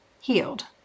Healed